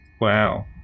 Wow